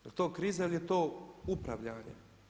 Jel' to kriza ili je to upravljanje?